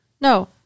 no